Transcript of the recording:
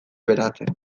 beratzen